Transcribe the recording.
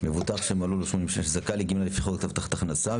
מבוטח שמלאו לו 80 שנים והוא זכאי לגמלה לפי חוק הבטחת הכנסה,